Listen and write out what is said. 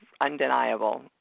undeniable